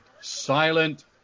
silent